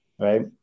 right